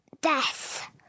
Death